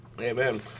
Amen